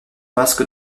masque